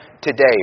today